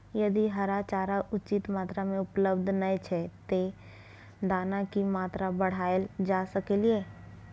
यदि हरा चारा उचित मात्रा में उपलब्ध नय छै ते दाना की मात्रा बढायल जा सकलिए?